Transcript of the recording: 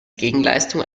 gegenleistung